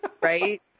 Right